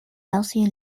elsie